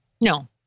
No